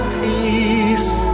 peace